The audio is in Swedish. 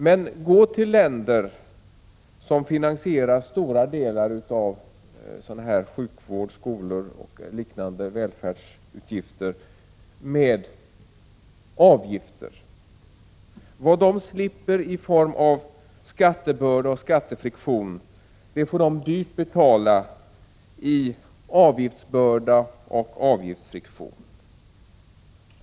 Men gå till länder som finansierar stora delar av sjukvård, skolor och liknande välfärd med avgifter! Vad de slipper undan i form av skattebörda och skattefriktion får de dyrt betala i avgiftsbörda och avgiftsfriktion.